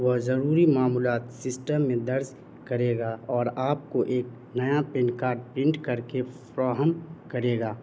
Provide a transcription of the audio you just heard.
وہ ضروری معمولات سسٹم میں درج کرے گا اور آپ کو ایک نیا پین کارڈ پرنٹ کر کے فراہم کرے گا